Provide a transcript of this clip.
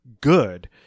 good